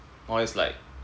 my one is like